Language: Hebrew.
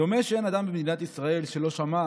דומה שאין אדם במדינת ישראל שלא שמע